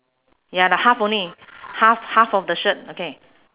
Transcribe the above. ya the half only half half of the shirt okay